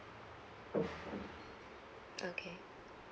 okay